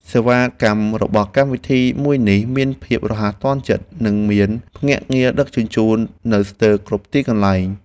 សេវាកម្មរបស់កម្មវិធីមួយនេះមានភាពរហ័សទាន់ចិត្ត និងមានភ្នាក់ងារដឹកជញ្ជូននៅស្ទើរគ្រប់ទីកន្លែង។